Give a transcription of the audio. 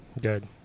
Good